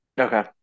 Okay